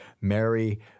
Mary